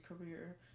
career